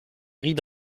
ride